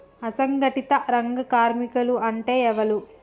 అసంఘటిత రంగ కార్మికులు అంటే ఎవలూ?